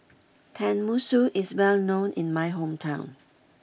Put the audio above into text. Tenmusu is well known in my hometown